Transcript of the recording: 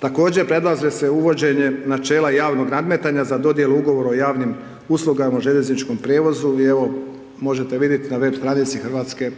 Također, predlaže se uvođenje načela javnog nadmetanja za dodjelu Ugovora o javnim uslugama u željezničkom prijevozu i evo, možete vidjeti na web stranici Hrvatske,